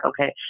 okay